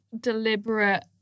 deliberate